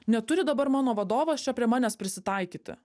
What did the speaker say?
neturi dabar mano vadovas čia prie manęs prisitaikyti